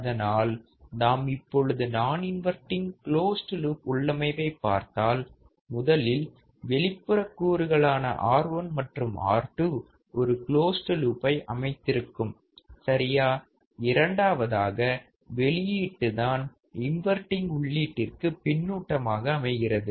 அதனால் நாம் இப்பொழுது நான் இன்வர்ட்டிங் க்லோஸ்டு லூப் உள்ளமைவைப் பார்த்தால் முதலில் வெளிப்புற கூறுகளான R1 மற்றும் R2 ஒரு க்லோஸ்டு லூப்பை அமைத்திருக்கும் சரியா இரண்டாவதாக வெளியீட்டு தான் இன்வர்ட்டிங் உள்ளீடிற்கு பின்னூட்டமாக அமைகிறது